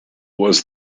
was